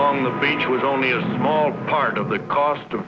on the beach with only a small part of the cost of